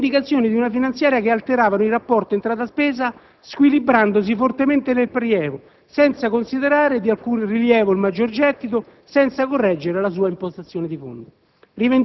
le indicazioni di una finanziaria che alteravano il rapporto entrata-spesa squilibrandosi fortemente nel prelievo, senza considerare di alcun rilievo il maggiore gettito, senza correggere la sua impostazione di fondo.